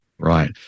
Right